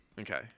Okay